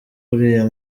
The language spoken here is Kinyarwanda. uriya